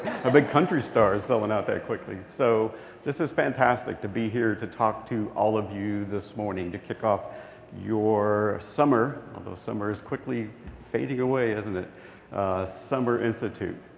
a big country star selling so and out that quickly. so this is fantastic to be here to talk to all of you this morning to kick off your summer although summer is quickly fading away, isn't it summer institute.